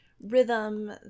rhythm